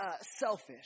selfish